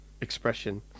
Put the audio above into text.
expression